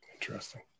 Interesting